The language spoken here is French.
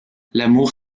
l’amour